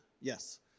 Yes